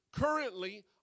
currently